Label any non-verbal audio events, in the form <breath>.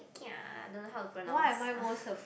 kia I don't know how to pronounce <breath>